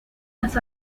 las